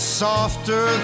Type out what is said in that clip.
softer